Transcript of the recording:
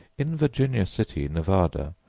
in virginia city, nevada,